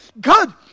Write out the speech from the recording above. God